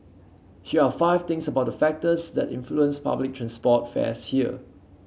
here are five things about factors that influence public transport fares here